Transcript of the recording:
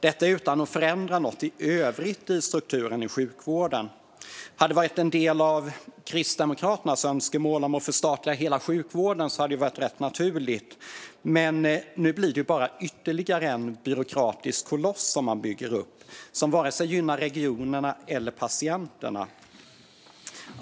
Detta ska göras utan att något i övrigt förändras i strukturen i sjukvården. Om detta hade varit en del av Kristdemokraternas önskemål om att förstatliga hela sjukvården skulle det ha varit rätt naturligt, men nu blir det bara ytterligare en byråkratisk koloss man bygger upp. Det gynnar varken regionerna eller patienterna.